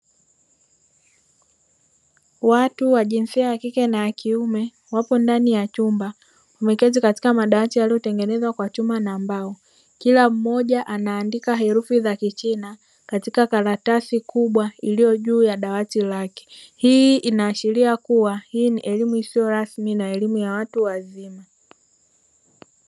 Watu wa jinsia ya kike na ya kiume wapo ndani ya chumba, wameketi katika madawati yaliyotengenezwa kwa chuma na mbao. Kila mmoja anaandika herufi za kichina katika karatasi kubwa iliyo juu ya dawati lake. Hii inaashiria kuwa hii ni elimu isiyo rasmi na elimu ya watu wazima.